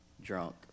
drunk